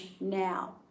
now